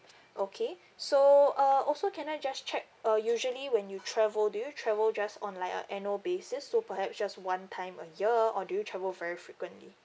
okay so err also can I just check uh usually when you travel do you travel just on like a annual basis so perhaps just one time a year or do you travel very frequently